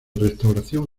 restauración